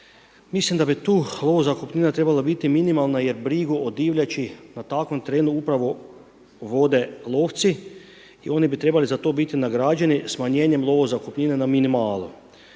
Mislim da bi tu lovo zakupnina trebala biti minimalna jer brigu o divljači na takvom terenu upravo vode lovci i oni bi trebali za to biti nagrađeni smanjenjem lovo zakupnine na minimalu.